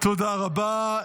תודה רבה.